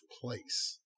place